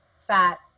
fat